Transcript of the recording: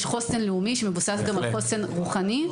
יש חוסן לאומי שמבוסס גם על חוסן רוחני,